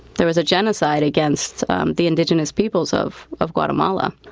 there was a genocide against um the indigenous peoples of of guatemala.